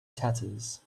tatters